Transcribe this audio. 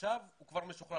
שעכשיו הוא כבר משוחרר.